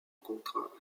contrat